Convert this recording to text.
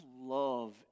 love